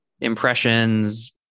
impressions